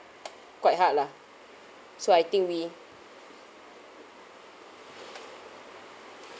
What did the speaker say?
quite hard lah so I think we